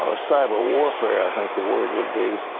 ah cyber warfare, i think the word would be,